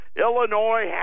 Illinois